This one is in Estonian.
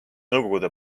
nõukogude